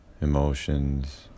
emotions